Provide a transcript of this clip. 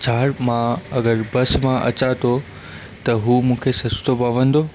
छा अगरि मां बस मां अचां थो त हू मूंखे सस्तो पवंदो